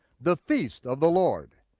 the feasts of the lord.